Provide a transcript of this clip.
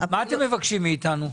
מה אתם מבקשים מאיתנו?